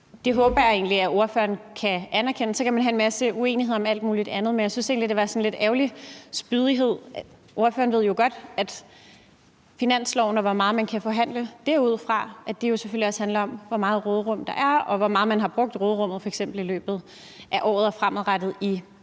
Det håber jeg egentlig at ordføreren kan anerkende. Så kan man have en masse uenighed om alt muligt andet. Men jeg synes egentlig, det var sådan en lidt ærgerlig spydighed, for ordføreren kender jo godt til finansloven og ved, hvor meget man kan forhandle derudfra, og at det selvfølgelig også handler om, hvor meget råderum der er, og hvor meget man har brugt af råderummet, f.eks. i løbet af året og fremadrettet i